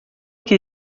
que